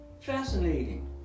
Fascinating